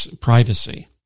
privacy